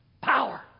Power